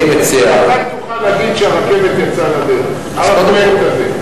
מתי תוכל להגיד שהרכבת יצאה לדרך, על הפרויקט הזה?